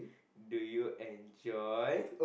do you enjoy